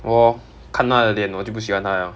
我看他的脸我就不喜欢他 liao